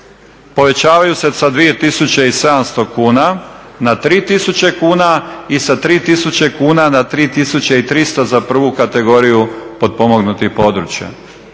Povećavaju se sa 2700 kuna na 3000 kuna i sa 3000 kuna na 3300 za prvu kategoriju potpomognutih područja.